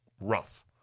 rough